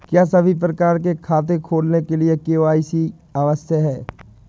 क्या सभी प्रकार के खाते खोलने के लिए के.वाई.सी आवश्यक है?